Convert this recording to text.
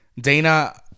Dana